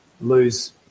lose